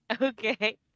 Okay